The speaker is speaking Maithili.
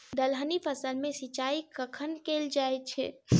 दलहनी फसल मे सिंचाई कखन कैल जाय छै?